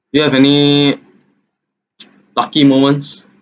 do you have any lucky moments